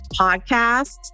Podcast